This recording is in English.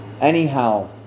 Anyhow